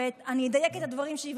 ואני אדייק את הדברים שלי,